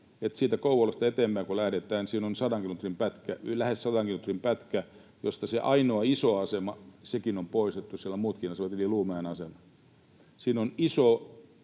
siitä Kouvolasta eteenpäin kun lähdetään, siinä on lähes sadan kilometrin pätkä, josta se ainoa iso asema on poistettu — on muitakin asemia — eli Luumäen asema. Siinä on iso